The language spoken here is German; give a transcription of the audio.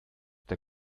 der